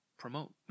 promote